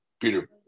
Peter